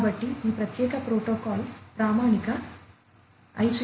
కాబట్టి ఈ ప్రత్యేక ప్రోటోకాల్ ప్రామాణిక IEEE 802